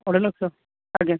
ଅଢ଼େଇ ଲକ୍ଷ ଆଜ୍ଞା